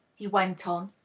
he went on.